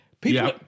people